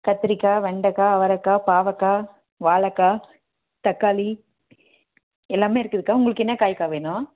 கத்திரிக்காய் வெண்டைக்கா அவரைக்கா பாவக்காய் வாழைக்கா தக்காளி எல்லாமே இருக்குதுக்கா உங்களுக்கு என்ன காய்க்கா வேணும்